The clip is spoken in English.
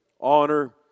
honor